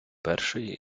першої